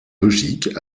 logique